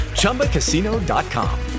ChumbaCasino.com